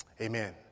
amen